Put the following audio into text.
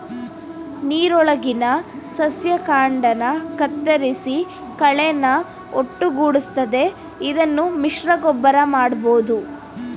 ನೀರೊಳಗಿನ ಸಸ್ಯ ಕಾಂಡನ ಕತ್ತರಿಸಿ ಕಳೆನ ಒಟ್ಟುಗೂಡಿಸ್ತದೆ ಇದನ್ನು ಮಿಶ್ರಗೊಬ್ಬರ ಮಾಡ್ಬೋದು